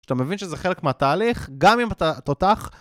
אתה מבין שזה חלק מהתהליך, גם אם אתה תותח.